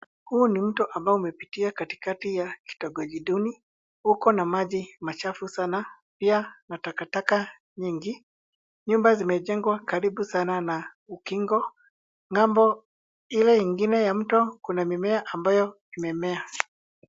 Huu ni mto ambao umepitia katikati ya kitongoji duni, uko na maji machafu sana, pia na takataka nyingi. Nyumba zimejengwa karibu sana na ukingo. Ng'ambo ile ingine ya mto kuna mimea ambayo imemea.